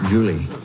Julie